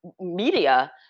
media